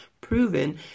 proven